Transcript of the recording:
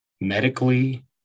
medically